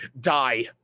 Die